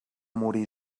morir